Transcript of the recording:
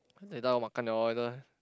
they don't want makan order